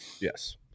Yes